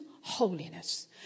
holiness